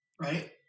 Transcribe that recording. right